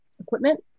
equipment